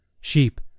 Sheep